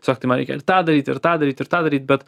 tiesiog tai man reikia ir tą daryt ir tą daryt ir tą daryt bet